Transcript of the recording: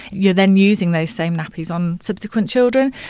you're then using those same nappies on subsequent children.